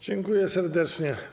Dziękuję serdecznie.